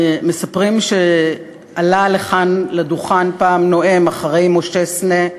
מספרים שעלה לכאן לדוכן פעם נואם אחרי משה סנה,